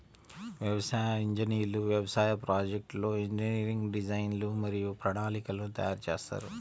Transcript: వ్యవసాయ ఇంజనీర్లు వ్యవసాయ ప్రాజెక్ట్లో ఇంజనీరింగ్ డిజైన్లు మరియు ప్రణాళికలను తయారు చేస్తారు